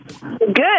Good